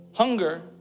Hunger